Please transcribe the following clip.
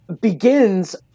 begins